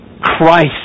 Christ